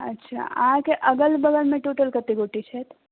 अच्छा अहाँकेँ अगल बगलमे टोटल कतेक गोटे छथि